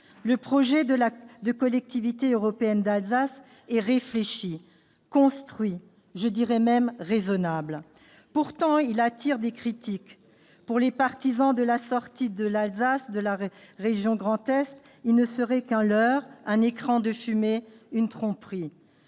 Le projet de Collectivité européenne d'Alsace est réfléchi, construit, je dirais même qu'il est raisonnable. Pourtant, il attire des critiques. Pour les partisans de la sortie de l'Alsace de la région Grand Est, il ne serait qu'un leurre, un écran de fumée, une tromperie.